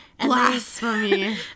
blasphemy